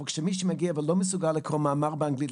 אבל כשמישהו מגיע ולא מסוגל לקרוא מאמר באנגלית,